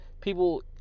people